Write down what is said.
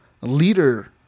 leader